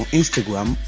instagram